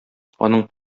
аның